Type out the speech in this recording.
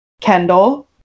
kendall